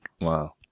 Wow